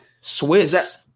swiss